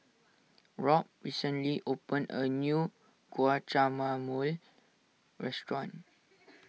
Robb recently opened a new Guacamole restaurant